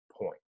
point